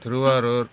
Thiruvarur